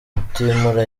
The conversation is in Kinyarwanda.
mutimura